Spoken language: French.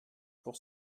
pour